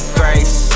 grace